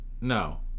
no